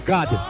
God